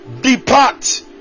Depart